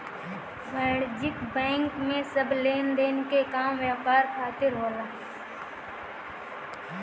वाणिज्यिक बैंक में सब लेनदेन के काम व्यापार खातिर होला